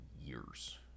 years